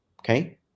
okay